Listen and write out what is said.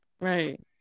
Right